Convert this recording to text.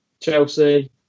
Chelsea